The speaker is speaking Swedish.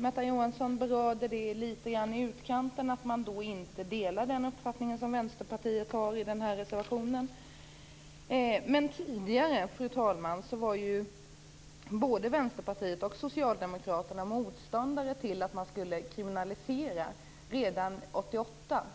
Märta Johansson berörde den frågan litet grand i utkanten och sade att utskottet inte delade den uppfattning som Vänsterpartiet har i reservationen. Tidigare var både Vänsterpartiet och Socialdemokraterna motståndare till att man skulle kriminalisera. Det var man redan år 1988